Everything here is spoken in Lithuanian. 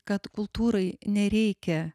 kad kultūrai nereikia